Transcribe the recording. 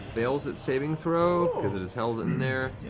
fails its saving throw because it is held in there.